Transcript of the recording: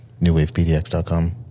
Newwavepdx.com